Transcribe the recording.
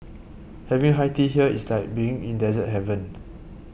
having high tea here is like being in dessert heaven